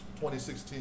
2016